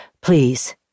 please